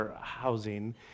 housing